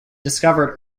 discovered